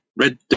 Red